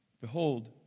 Behold